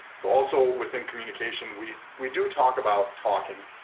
so also within communication we we do talk about talking